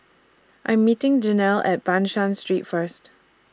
I Am meeting Janelle At Ban San Street First